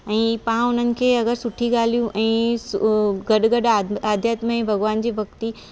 ऐं पां उन्हनि खे अगरि सुठियूं ॻाल्हियूं ऐं ॻॾ ॻॾ अ आध्यात्मिक भगवान जी भक्ती